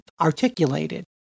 articulated